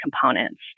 components